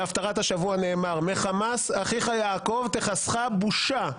בהפטרת השבוע נאמר: מחמס אחיו יעקב תכסך בושה,